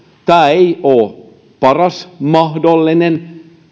tämä ei ole paras mahdollinen